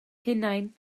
hunain